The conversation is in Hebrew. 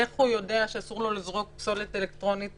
איך הוא יודע שאסור לו לזרוק פסולת אלקטרונית